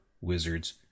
wizards